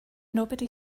nobody